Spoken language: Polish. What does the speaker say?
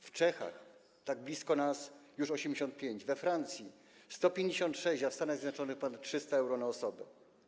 W Czechach, tak blisko nas, już 85 euro, we Francji - 156 euro, a w Stanach Zjednoczonych - ponad 300 euro na osobę.